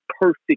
perfect